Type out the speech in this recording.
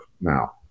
now